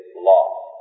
law